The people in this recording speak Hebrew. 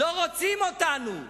לא רוצים אותנו.